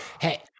Hey